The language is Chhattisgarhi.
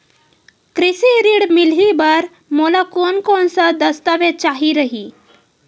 कृषि ऋण मिलही बर मोला कोन कोन स दस्तावेज चाही रही?